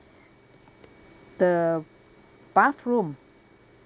the bathroom